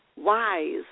Wise